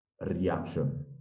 reaction